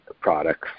products